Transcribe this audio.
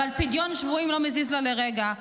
אבל פדיון שבויים לא מזיז לה לרגע.